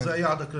זה היעד.